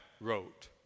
wrote